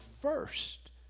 first